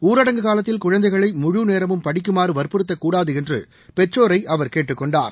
ஊரடங்கு காலத்தில் குழந்தைகளை முழுநேரமும் படிக்குமாறு வற்புறுத்தக்கூடாது என்று பெற்றோரை அவர் கேட்டுக் கொண்டார்